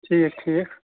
ٹھیٖک ٹھیٖک